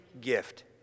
gift